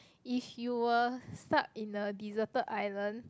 if you were stuck in a deserted island